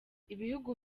ibihugu